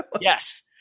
Yes